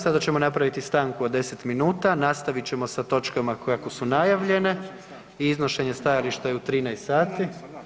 Sada ćemo napraviti stanku od 10 minuta, nastavit ćemo sa točkama kako su najavljene i iznošenje stajališta je u 13 sati.